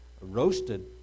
roasted